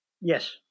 Yes